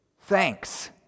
thanks